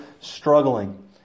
struggling